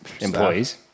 employees